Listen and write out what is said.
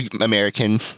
American